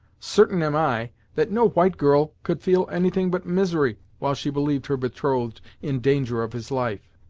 certain am i, that no white girl could feel anything but misery while she believed her betrothed in danger of his life!